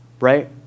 right